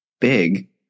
big